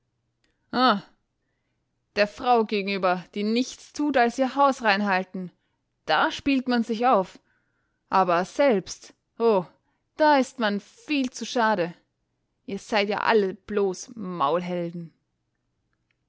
der frau gegenüber die nichts tut als ihr haus reinhalten da spielt man sich auf aber selbst oh da ist man viel zu schade ihr seid ja alle bloß maulhelden